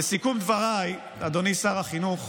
לסיכום דבריי, אדוני שר החינוך,